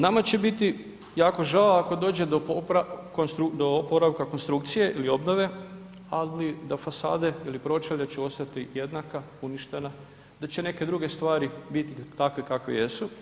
Nama će biti jako žao ako dođe do oporavka konstrukcije ili do obnove, ali da fasade ili pročelje će ostati jednaka, uništena, da će neke druge stvari biti takve kakve jesu.